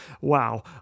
Wow